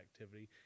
activity